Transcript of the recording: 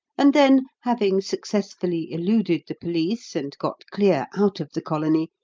and then, having successfully eluded the police, and got clear out of the colony,